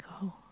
go